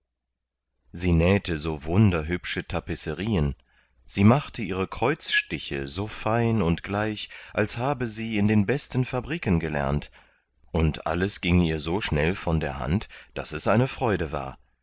sie nähte so wunderhübsche tapisserien sie machte ihre kreuzstiche so fein und gleich als habe sie in den besten fabriken gelernt und alles ging ihr so schnell von der hand daß es eine freude war